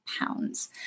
pounds